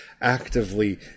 Actively